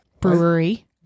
brewery